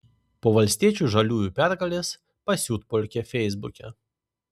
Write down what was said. po valstiečių žaliųjų pergalės pasiutpolkė feisbuke